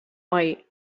white